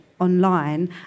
online